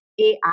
AI